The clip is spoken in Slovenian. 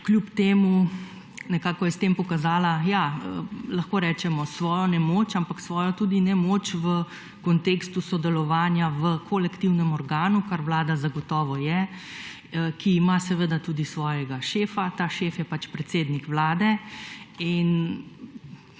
Kljub temu nekako je s tem pokazala ja lahko rečemo svojo nemogoče, ampak tudi svoj nemoč v kontekstu sodelovanja v kolektivnem organu, kar Vlada zagotovo je, ki ima seveda tudi svojega šefa ta šef je pač predsednik Vlade in